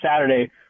Saturday